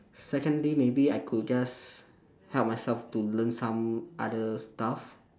second day maybe I could just help myself to learn some other stuff